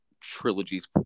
trilogies